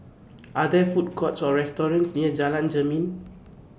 Are There Food Courts Or restaurants near Jalan Jermin